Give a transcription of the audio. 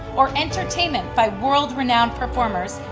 or entertainment by world-renowned performers,